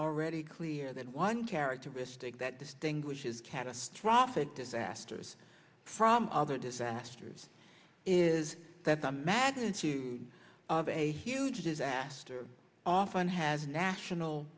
already clear that one characteristic that distinguishes catastrophic disasters from other disasters is that the magnitude of a huge disaster often has national